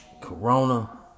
Corona